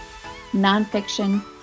nonfiction